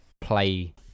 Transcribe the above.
play